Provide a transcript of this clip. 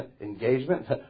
Engagement